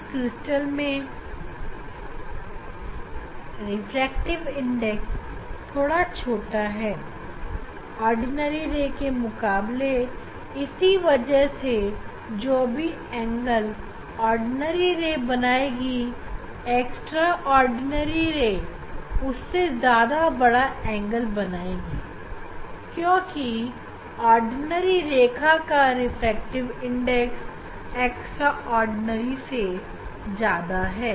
इस क्रिस्टल में refractive index थोड़ा छोटा है ऑर्डिनरी रे के मुकाबले इसी वजह से जो भी एंगल ऑर्डिनरी रे बनाएगी एक्स्ट्रा ऑर्डिनरी रे उससे ज्यादा बढ़ा एंगल बनाएगी क्योंकि ऑर्डिनरी रे का रिफ्रैक्टिव इंडेक्स एक्स्ट्रा ऑर्डिनरी से ज्यादा होता है